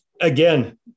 again